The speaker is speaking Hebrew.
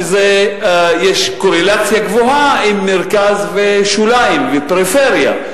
יש קורלציה גבוהה עם מרכז מול פריפריה,